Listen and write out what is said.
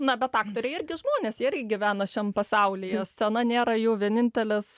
na bet aktoriai irgi žmonės jie irgi gyvena šiam pasaulyje scena nėra jų vienintelis